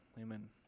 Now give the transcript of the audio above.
amen